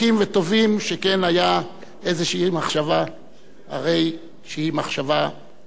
שכן היתה איזו מחשבה שהיא מחשבה מוטעית.